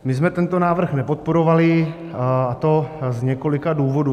My jsme tento návrh nepodporovali, a to z několika důvodů.